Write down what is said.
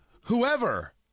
Whoever